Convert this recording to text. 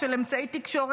צודקים, האמת, רק על סיגרים?